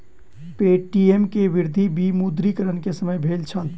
Paytm के वृद्धि विमुद्रीकरण के समय भेल छल